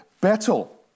battle